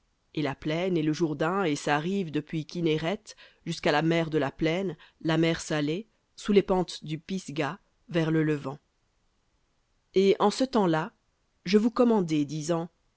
et la plaine et le jourdain et rive depuis kinnéreth jusqu'à la mer de la plaine la mer salée sous les pentes du pisga vers le levant v et en ce temps-là je vous commandai disant